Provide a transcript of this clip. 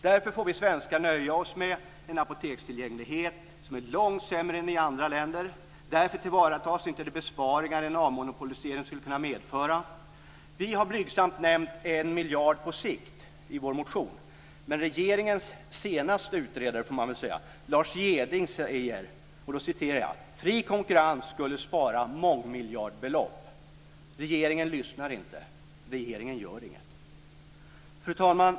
Därför får vi svenskar nöja oss med en apotekstillgänglighet som är långt sämre än i andra länder. Därför tillvaratas inte de besparingar som en avmonopolisering skulle kunna medföra. Vi har blygsamt nämnt 1 miljard på sikt i vår motion, men regeringens senaste utredare, Lars Jeding, säger: "Fri konkurrens skulle spara mångmiljardbelopp". Regeringen lyssnar inte. Regeringen gör inget. Fru talman!